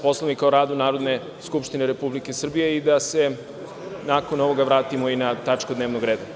Poslovnika o radu Narodne skupštine Republike Srbije i da se nakon ovoga vratimo i na tačku dnevnog reda.